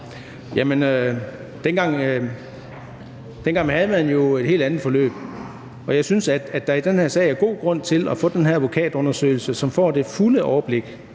dengang havde man jo et helt andet forløb. Jeg synes, at der i den her sag er god grund til at få den her advokatundersøgelse, så man får det fulde overblik,